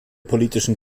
politischen